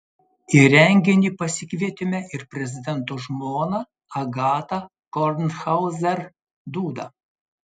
į renginį pasikvietėme ir prezidento žmoną agatą kornhauzer dudą